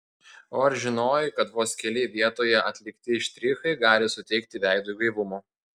o ar žinojai kad vos keli vietoje atlikti štrichai gali suteikti veidui gaivumo